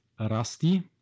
rasti